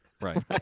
Right